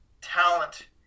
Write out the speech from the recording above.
talent